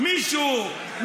אתה מחזיר לנו?